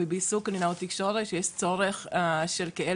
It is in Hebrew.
ריפו בעיסוק,